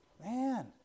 Man